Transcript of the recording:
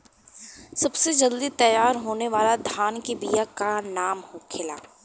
सबसे जल्दी तैयार होने वाला धान के बिया का का नाम होखेला?